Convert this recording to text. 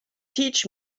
teach